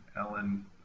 ellen